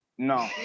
No